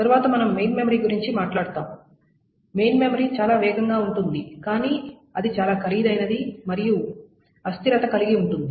తరువాత మనం main memory గురించి మాట్లాడుతాము మెయిన్ మెమరీ చాలా వేగంగా ఉంటుంది కానీ అది చాలా ఖరీదైనది మరియు ఇది అస్థిరత కలిగి ఉంటుంది